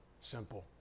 simple